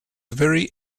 very